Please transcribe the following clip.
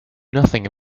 nothing